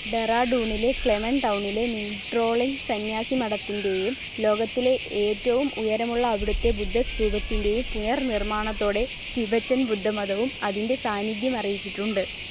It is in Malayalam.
ഡെറാഡൂണിലെ ക്ലെമെൻ ടൗണിലെ മിൻട്രോളിങ് സന്യാസി മഠത്തിന്റെയും ലോകത്തിലെ ഏറ്റവും ഉയരമുള്ള അവിടുത്തെ ബുദ്ധ സ്തൂപത്തിന്റെയും പുനർ നിർമ്മാണത്തോടെ ടിബറ്റൻ ബുദ്ധമതവും അതിന്റെ സാന്നിധ്യം അറിയിച്ചിട്ടുണ്ട്